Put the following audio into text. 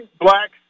blacks